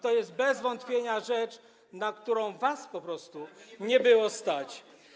To jest bez wątpienia rzecz, na którą was po prostu nie było stać.